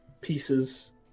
pieces